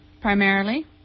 primarily